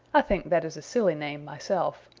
i think that is a silly name myself,